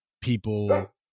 people